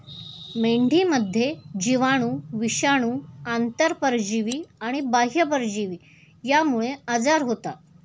मेंढीमध्ये जीवाणू, विषाणू, आंतरपरजीवी आणि बाह्य परजीवी यांमुळे आजार होतात